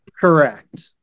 Correct